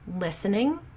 Listening